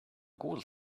google